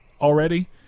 already